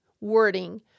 wording